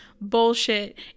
bullshit